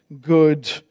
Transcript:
good